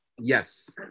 Yes